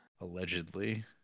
allegedly